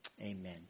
Amen